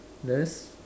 there's